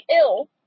ill